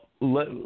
Let